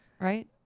Right